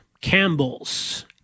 Campbell's